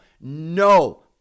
No